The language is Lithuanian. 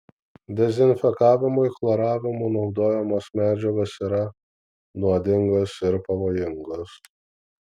dezinfekavimui chloravimu naudojamos medžiagos yra nuodingos ir pavojingos